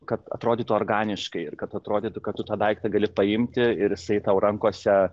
kad atrodytų organiškai ir kad atrodytų kad tu tą daiktą gali paimti ir jisai tau rankose